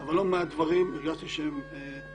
אבל בלא מעט דברים הרגשתי שתוקפים.